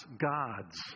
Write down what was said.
gods